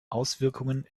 auswirkungen